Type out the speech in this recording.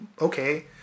okay